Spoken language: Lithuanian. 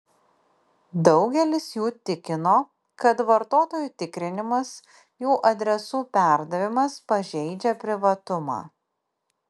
daugelis jų tikino kad vartotojų tikrinimas jų adresų perdavimas pažeidžia privatumą